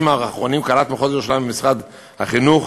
האחרונים קלט מחוז ירושלים במשרד החינוך